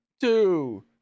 two